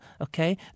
okay